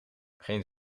geen